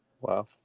Wow